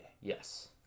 yes